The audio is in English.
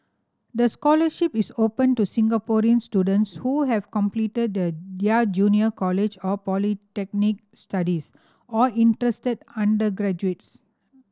the scholarship is open to Singaporean students who have completed the their junior college or polytechnic studies or interested undergraduates